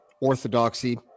orthodoxy